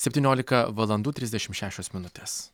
septyniolika valandų trisdešim šešios minutės